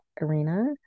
arena